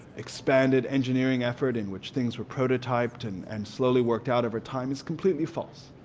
expanded, engineering effort in which things were prototyped and and slowly worked out over time is completely false.